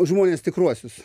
žmones tikruosius